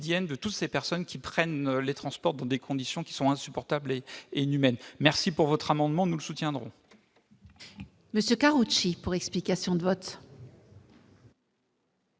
de toutes ces personnes qui prennent les transports dans des conditions insupportables et inhumaines. Merci pour votre amendement, monsieur